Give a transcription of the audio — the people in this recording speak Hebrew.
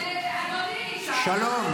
אדוני --- (חברת הכנסת פנינה תמנו יוצאת מאולם המליאה.) שלום,